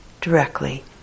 directly